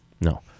No